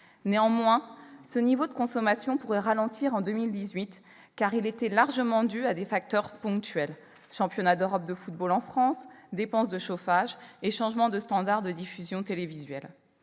Néanmoins, ce niveau de consommation pourrait ralentir en 2018, car il était largement dû à des facteurs ponctuels : championnat d'Europe de football en France, dépenses de chauffage et changement de standard de la diffusion télévisuelle.